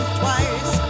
twice